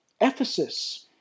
Ephesus